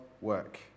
work